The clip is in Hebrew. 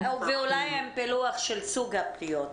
ואולי עם פילוח של סוג הפניות.